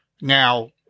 Now